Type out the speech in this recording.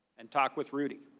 and talk with rudy.